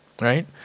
right